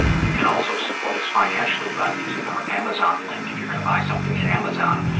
and you can also support us financially by using our amazon link, if you're gonna buy something at amazon.